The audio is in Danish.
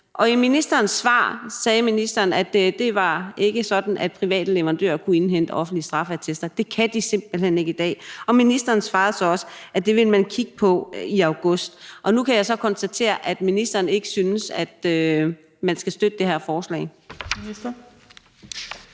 I ministerens svar sagde ministeren, at det ikke var sådan, at private leverandører kunne indhente offentlige straffeattester, at det kan de simpelt hen ikke i dag, og ministeren svarede så også, at det ville man kigge på i august. Og nu kan jeg så konstatere, at ministeren ikke synes, at man skal støtte det her forslag.